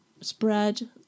spread